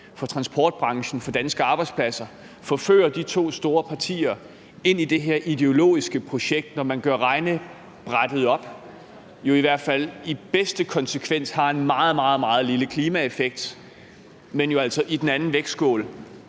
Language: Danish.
for transportbranchen og for danske arbejdspladser. Man har forført de to store partier og fået dem med i det her ideologiske projekt, som, når man gør regnebrættet op, i bedste fald har en meget, meget lille klimaeffekt, men hvor der jo altså i den anden vægtskål